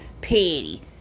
petty